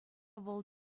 вӑл